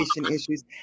issues